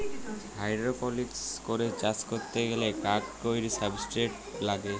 hydroponics করে চাষ ক্যরতে গ্যালে কাক কৈর সাবস্ট্রেট লাগে